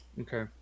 Okay